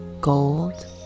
gold